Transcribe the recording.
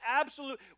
absolute